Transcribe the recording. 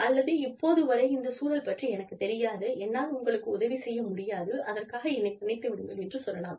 அல்லது இப்போது வரை இந்த சூழல் பற்றி எனக்குத் தெரியாது என்னால் உங்களுக்கு உதவி செய்ய முடியாது அதற்காக என்னை மன்னித்து விடுங்கள் என்று சொல்லலாம்